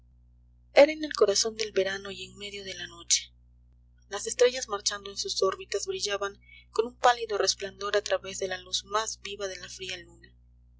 en el corazón del verano y en medio de la noche las estrellas marchando en sus órbitas brillaban con un pálido resplandor a través de la luz más viva de la fría luna